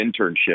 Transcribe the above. internship